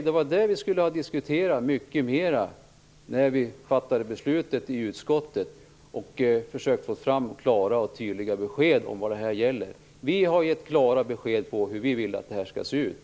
Det borde vi ha diskuterat mycket mer när utskottet fattade beslutet, och vi borde försökt att få fram klara och tydliga besked om vad det gäller. Vi Vänsterpartiet har gett klara besked om hur vi vill att det skall se ut.